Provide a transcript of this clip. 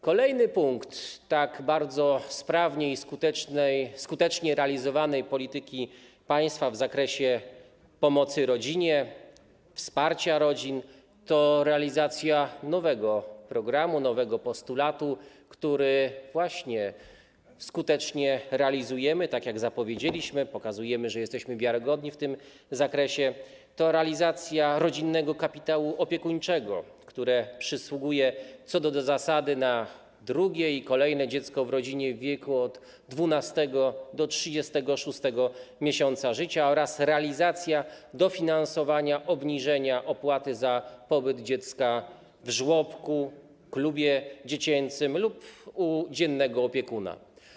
Kolejny punkt tak bardzo sprawnie i skutecznie realizowanej polityki państwa w zakresie pomocy rodzinie, wsparcia rodzin to realizacja nowego programu, nowego postulatu, który właśnie skutecznie realizujemy, tak jak zapowiedzieliśmy, pokazujemy, że jesteśmy wiarygodni w tym zakresie, to realizacja rodzinnego kapitału opiekuńczego, który przysługuje co do zasady na drugie i kolejne dziecko w rodzinie w wieku od 12. do 36. miesiąca życia, oraz realizacja dofinansowania, obniżenia opłaty za pobyt dziecka w żłobku, klubie dziecięcym lub u dziennego opiekuna.